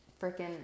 freaking